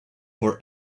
for